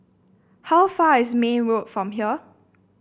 how far is May Road from here